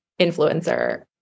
influencer